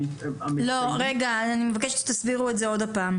אני מבקשת שתסבירו את זה עוד פעם.